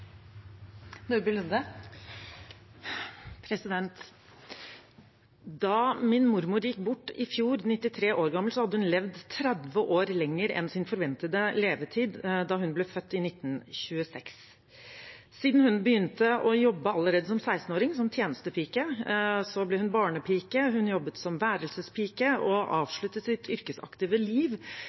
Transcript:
Da min mormor gikk bort i fjor, 93 år gammel, hadde hun levd 30 år lenger enn sin forventede levetid da hun ble født i 1926. Hun begynte å jobbe allerede som 16-åring, som tjenestepike. Siden ble hun barnepike, hun jobbet som værelsespike og avsluttet sitt yrkesaktive liv